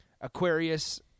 Aquarius